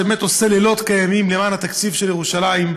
שבאמת עושה לילות כימים למען התקציב של ירושלים.